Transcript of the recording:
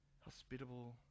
hospitable